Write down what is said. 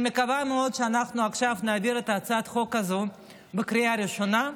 אני מקווה מאוד שאנחנו עכשיו נעביר את הצעת החוק הזו בקריאה ראשונה,